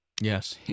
Yes